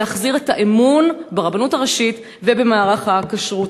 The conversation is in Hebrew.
ולהחזיר את האמון ברבנות הראשית ובמערך הכשרות.